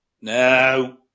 No